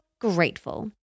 grateful